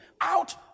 out